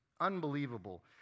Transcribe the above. unbelievable